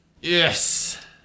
Yes